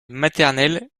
maternelle